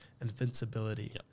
invincibility